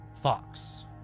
Fox